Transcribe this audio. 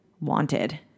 wanted